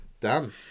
Done